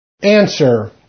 Answer